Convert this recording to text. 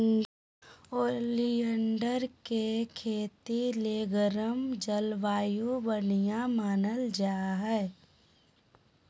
oleander के खेती ले गर्म जलवायु बढ़िया मानल जा हय